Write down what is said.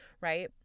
right